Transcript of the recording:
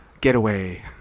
getaway